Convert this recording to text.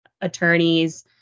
attorneys